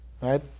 right